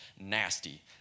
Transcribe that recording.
Nasty